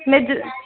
मैं